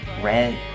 red